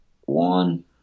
one